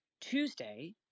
Tuesday